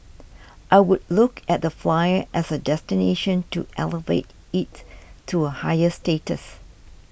I would look at the Flyer as a destination to elevate it to a higher status